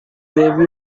gave